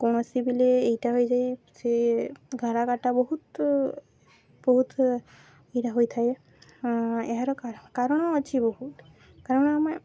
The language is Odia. କୌଣସି ବେଲେ ଏଇଟା ହୋଇଯାଏ ସେ ଘାରାଗାଟା ବହୁତ ବହୁତ ଏଇଟା ହୋଇଥାଏ ଏହାର କାରଣ ଅଛି ବହୁତ କାରଣ ଆମେ